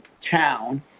town